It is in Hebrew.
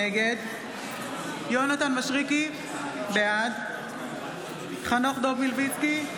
נגד יונתן מישרקי, בעד חנוך דב מלביצקי,